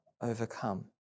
overcome